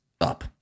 up